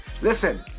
Listen